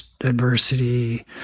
adversity